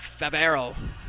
Favero